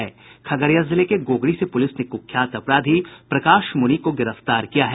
खगड़िया जिले के गोगरी से पूलिस ने कूख्यात अपराधी प्रकाश मूनि को गिरफ्तार किया है